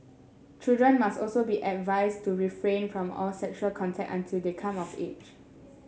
children must also be advised to refrain from all sexual contact until the come of age